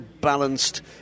balanced